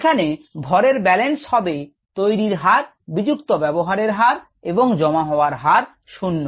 এখানে ভরের ব্যালেন্স হবে তৈরীর হার বিযুক্ত ব্যবহারের হার এবং জমা হবার হার 0